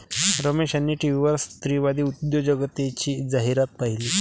रमेश यांनी टीव्हीवर स्त्रीवादी उद्योजकतेची जाहिरात पाहिली